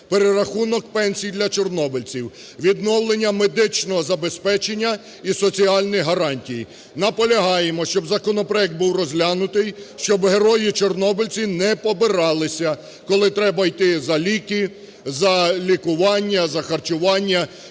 перерахунок пенсій для чорнобильців, відновлення медичного забезпечення і соціальних гарантій. Наполягаємо, щоб законопроект був розглянутий, щоб герої- чорнобильці не побиралися, коли треба іти за ліки, за лікування, за харчування і